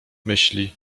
myśli